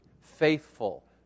faithful